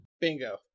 Bingo